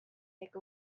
take